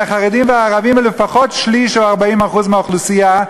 הרי החרדים והערבים הם לפחות שליש או 40% מהאוכלוסייה,